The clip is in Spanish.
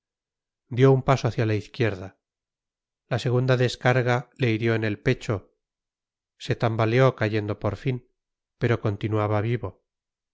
dio un paso hacia la izquierda la segunda descarga le hirió en el pecho se tambaleó cayendo por fin pero continuaba vivo